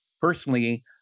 Personally